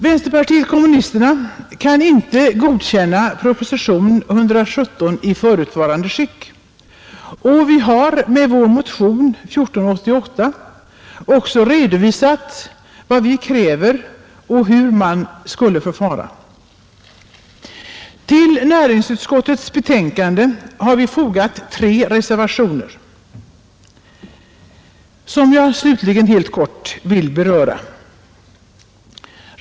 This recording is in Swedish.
Vänsterpartiet kommunisterna kan inte godkänna propositionen 117 i förevarande skick, och vi har i vår motion 1488 också redovisat vad vi kräver och hur man borde förfara. Till näringsutskottets betänkande har vi fogat tre reservationer, som jag slutligen helt kort vill beröra.